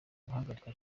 guhagarika